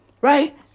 Right